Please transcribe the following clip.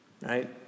Right